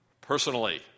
personally